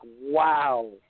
wow